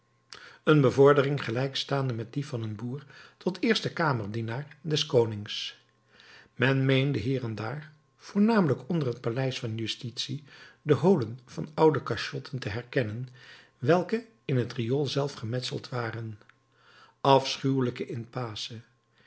een bevordering gelijk staande met die van een boer tot eersten kamerdienaar des konings men meende hier en daar voornamelijk onder het paleis van justitie de holen van oude cachotten te herkennen welke in het riool zelf gemetseld waren afschuwelijke in pace